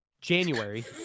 January